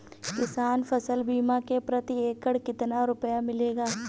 किसान फसल बीमा से प्रति एकड़ कितना रुपया मिलेगा?